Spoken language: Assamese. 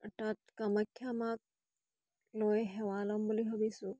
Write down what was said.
তাত কামাখ্যা মাক লৈ সেৱা ল'ম বুলি ভাবিছোঁ